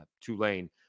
Tulane